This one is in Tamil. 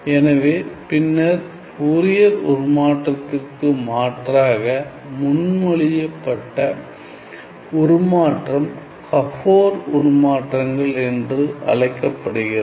எனவே பின்னர் ஃபோரியர் உருமாற்றத்திற்கு மாற்றாக முன்மொழியப்பட்ட உருமாற்றம் கபோர் உருமாற்றங்கள் என்று அழைக்கப்படுகிறது